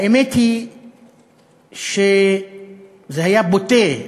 האמת היא שזה היה בוטה.